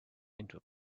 into